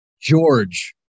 George